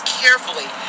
carefully